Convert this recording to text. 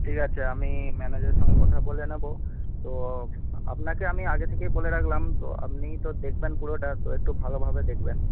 ঠিক আছে আমি ম্যানেজারের সঙ্গে কথা বলে নেব তো আপনাকে আমি আগে থেকেই বলে রাখলাম তো আপনি তো দেখবেন পুরোটা তো একটু ভালোভাবে দেখবেন